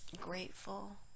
grateful